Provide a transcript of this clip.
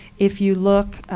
if you look,